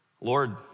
Lord